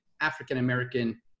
African-American